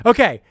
Okay